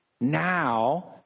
Now